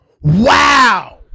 Wow